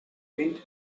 wind